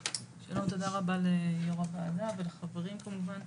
שלום, תודה רבה ליו"ר הוועדה ולחברים כמובן.